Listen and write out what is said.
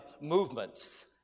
movements